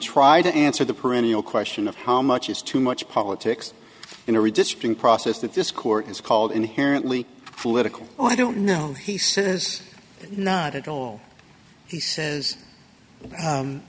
try to answer the perennial question of how much is too much politics in a redistricting process that this court is called inherently political oh i don't know he says not at all he says